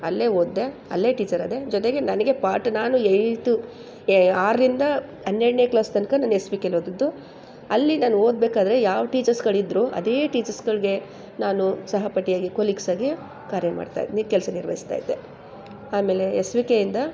ಅಲ್ಲೇ ಓದಿದೆ ಅಲ್ಲೇ ಟೀಚರಾದೆ ಜೊತೆಗೆ ನನಗೆ ಪಾಠ ನಾನು ಆಯ್ತು ಏ ಆರರಿಂದ ಹನ್ನೆರ್ಡನೇ ಕ್ಲಾಸ್ ತನಕ ನಾನು ಎಸ್ ವಿ ಕೆಲಿ ಓದದ್ದು ಅಲ್ಲಿ ನಾನು ಓದಬೇಕಾದ್ರೆ ಯಾವ ಟೀಚರ್ಸ್ಗಳಿದ್ದರು ಅದೇ ಟೀಚರ್ಸ್ಗಳಿಗೆ ನಾನು ಸಹಪಾಠಿಯಾಗಿ ಕೊಲೀಗ್ಸಾಗಿ ಕಾರ್ಯ ಮಾಡ್ತಾಯಿದ್ನಿ ಕೆಲಸ ನಿರ್ವಹಿಸ್ತಾಯಿದ್ದೆ ಆಮೇಲೆ ಎಸ್ ವಿ ಕೆಯಿಂದ